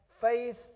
faith